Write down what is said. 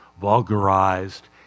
vulgarized